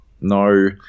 No